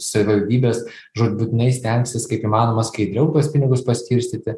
savivaldybės žūtbūtinai stengsis kaip įmanoma skaidriau tuos pinigus paskirstyti